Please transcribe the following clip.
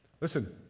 listen